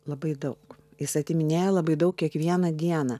labai daug jis atiminėja labai daug kiekvieną dieną